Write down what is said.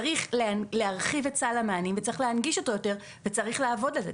צריך להרחיב את סל המענים וצריך להנגיש אותו יותר וצריך לעבוד על זה,